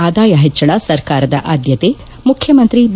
ಆದಾಯ ಹೆಚ್ಚಳ ಸರ್ಕಾರದ ಆದ್ಯತೆ ಮುಖ್ಯಮಂತ್ರಿ ಬಿ